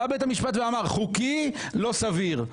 בא בית המשפט ואמר חוקי, לא סביר.